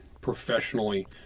professionally